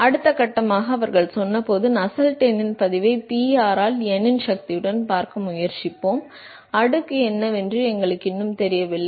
அடுத்த கட்டமாக அவர்கள் சொன்னபோது நஸ்ஸெல்ட் எண்ணின் பதிவை Pr ஆல் n இன் சக்தியுடன் பார்க்க முயற்சிப்போம் அடுக்கு என்னவென்று எங்களுக்கு இன்னும் தெரியவில்லை